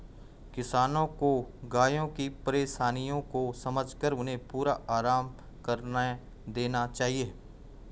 किसानों को गायों की परेशानियों को समझकर उन्हें पूरा आराम करने देना चाहिए